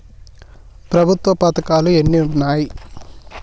ప్రభుత్వ పథకాలు ఎన్ని ఉన్నాయి?